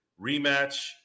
rematch